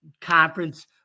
conference